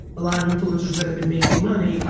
a lot of influencers that have been making money,